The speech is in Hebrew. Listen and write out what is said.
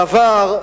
בעבר,